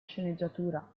sceneggiatura